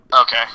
Okay